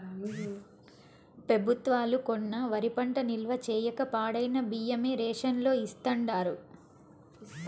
పెబుత్వాలు కొన్న వరి పంట నిల్వ చేయక పాడైన బియ్యమే రేషన్ లో ఇస్తాండారు